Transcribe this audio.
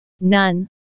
none